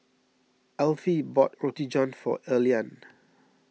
Alfie bought Roti John for Earlean